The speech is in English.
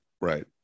Right